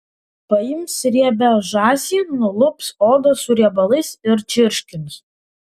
paims riebią žąsį nulups odą su riebalais ir čirškins